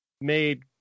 made